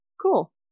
Cool